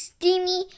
Steamy